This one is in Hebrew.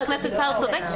חבר הכנסת סער צודק,